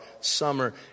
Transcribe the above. summer